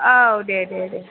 औ दे दे दे